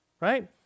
right